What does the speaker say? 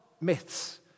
myths